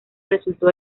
resultó